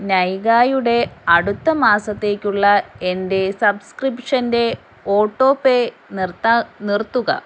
നൈഗായുടെ അടുത്ത മാസത്തേക്കുള്ള എൻ്റെ സബ്സ്ക്രിപ്ഷൻ്റെ ഓട്ടോപേ നിർത്തുക